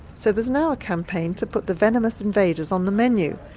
so there's now a campaign to put the venomous invaders on the menu,